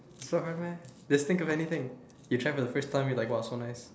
so hard meh just think of anything you try for the first time you're like !wah! so nice